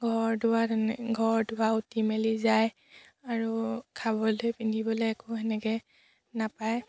ঘৰ দুৱাৰ তেনে ঘৰ দুৱাৰ উটি মেলি যায় আৰু খাবলৈ পিন্ধিবলৈ একো সেনেকৈ নাপায়